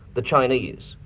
the chinese.